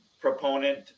proponent